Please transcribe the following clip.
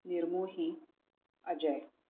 Nirmohi Ajay